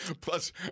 Plus